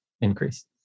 increase